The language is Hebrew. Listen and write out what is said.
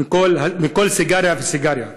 מכל סיגריה וסיגריה?